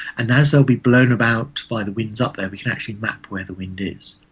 and as they'll be blown about by the winds up there we can actually map where the wind is.